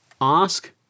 ask